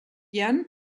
jan